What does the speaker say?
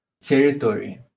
territory